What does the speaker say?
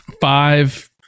five